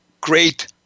great